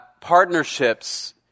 partnerships